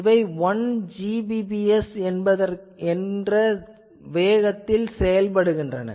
இவை 1 Gbps என்பதில் UWB செயல்படுகின்றன